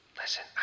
listen